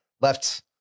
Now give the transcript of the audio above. left